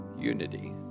unity